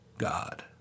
God